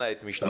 אנא את משנתך.